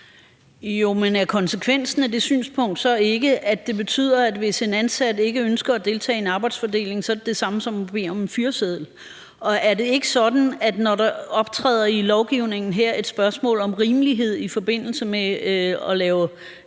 Men er konsekvensen af det synspunkt så ikke, at hvis en ansat ikke ønsker at deltage i en arbejdsfordeling, så er det det samme som at bede om en fyreseddel? Og er det ikke sådan, at når der i lovgivningen her optræder et spørgsmål om rimelighed i forbindelse med at lave